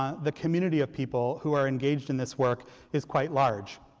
the community of people who are engaged in this work is quite large.